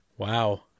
Wow